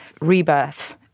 rebirth